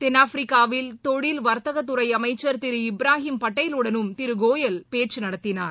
தென்னாப்பிரிக்காவில் தொழில்வர்த்தகத்துறைஅமைச்சர் இப்ராஹிம் பட்டேலுடனும் திரு திருகோயல் பேச்சுநடத்தினார்